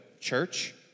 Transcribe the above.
church